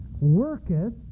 worketh